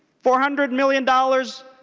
four hundred million dollars